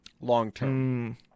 long-term